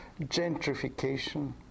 gentrification